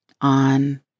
on